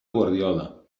guardiola